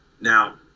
Now